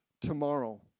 tomorrow